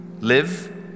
live